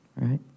right